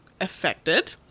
affected